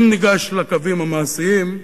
אם ניגש לקווים המעשיים,